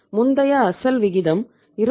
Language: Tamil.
முந்தைய அசல் விகிதம் 22